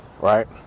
right